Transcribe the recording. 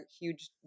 huge